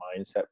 mindset